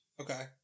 Okay